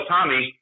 Tommy